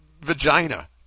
vagina